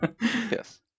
Yes